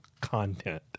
content